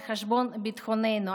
על חשבון ביטחוננו,